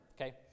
Okay